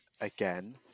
again